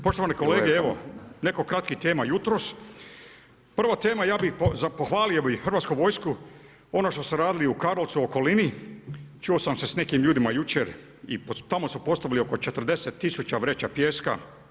Poštovane kolege, evo, nekoliko kratkih tema jutros, prva tema ja bi pohvalio i hrvatsku vojsku ono što su radili i u Karlovcu i okolini, čuo sam se s nekim ljudima jučer, i tamo su postavili oko 40000 vreće pijeska.